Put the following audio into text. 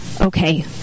okay